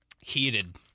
Heated